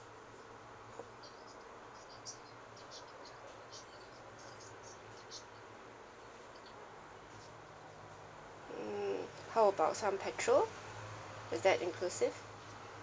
hmm how about some petrol is that inclusive